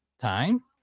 time